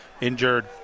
injured